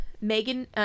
Megan